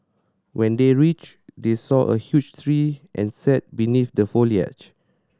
when they reached they saw a huge tree and sat beneath the foliage